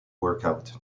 workout